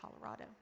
Colorado